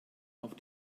auf